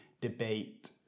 debate